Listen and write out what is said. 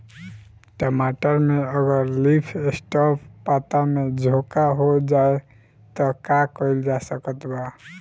टमाटर में अगर लीफ स्पॉट पता में झोंका हो जाएँ त का कइल जा सकत बा?